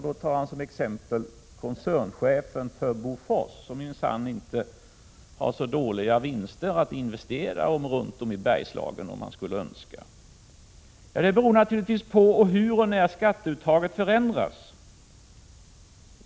Så tar han som exempel koncernchefen för Bofors, som minsann inte har så dåliga vinster att investera runt om i Bergslagen, om han så skulle önska. Det beror naturligtvis på hur och när skatteuttaget förändras.